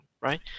right